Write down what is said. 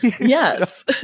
Yes